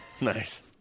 Nice